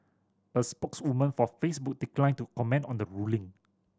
a spokeswoman for Facebook declined to comment on the ruling